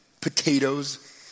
potatoes